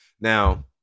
Now